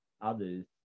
others